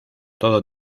todo